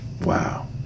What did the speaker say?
Wow